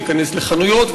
להיכנס לחנויות,